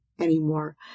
anymore